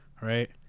right